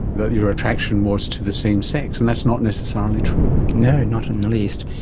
that your attraction was to the same sex. and that's not necessarily true. no, not in the least.